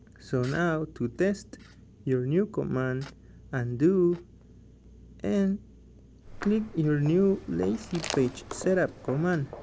so now to test your new command undo and click your new lazy page setup command.